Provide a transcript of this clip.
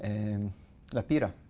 and la pira,